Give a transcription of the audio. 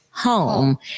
home